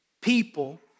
people